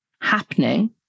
happening